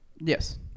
Yes